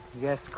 Yes